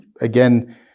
again